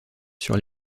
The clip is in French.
sur